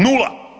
Nula.